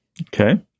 Okay